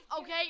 okay